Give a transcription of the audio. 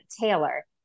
Taylor